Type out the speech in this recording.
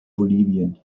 bolivien